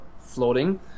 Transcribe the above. floating